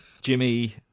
Jimmy